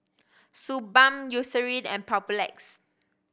Suu Balm Eucerin and Papulex